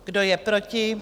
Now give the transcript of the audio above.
Kdo je proti?